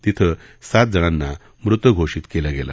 तिथं सात जणांना मृत घोषित केलं गेलं